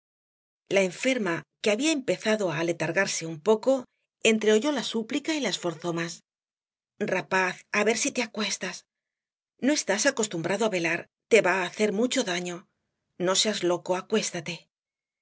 la enferma que había empezado á aletargarse un poco entreoyó la súplica y la esforzó más rapaz á ver si te acuestas no estás acostumbrado á velar te va á hacer mucho daño no seas loco acuéstate